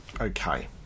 okay